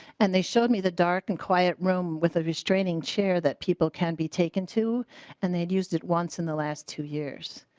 and they showed me the dark and quiet room with a restraining chair that people can be taken to and they'd used it once in the last two years.